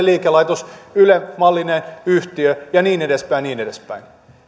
liikelaitos yle mallinen yhtiö ja niin edespäin ja niin edespäin